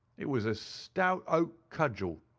it was a stout oak cudgel.